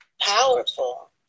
powerful